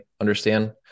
understand